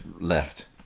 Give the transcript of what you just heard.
left